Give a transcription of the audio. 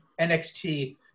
NXT